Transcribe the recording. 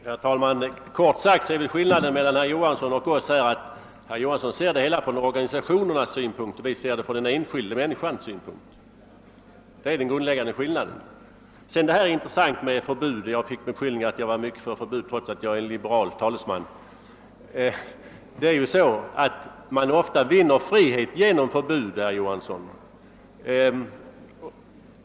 Herr talman! Den grundläggande skillnaden mellan herr Johansson i Trollhättan och oss andra är kort sagt den att herr Johansson ser det hela från organisationernas synpunkt och att vi ser det från den enskilda människans synpunkt. Jag blev beskylld för att i mycket vara anhängare av förbud trots att jag är talesman för de liberala idéerna. Men det är ju så att frihet ofta vinnes genom förbud.